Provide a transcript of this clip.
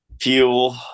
Fuel